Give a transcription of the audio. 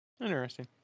Interesting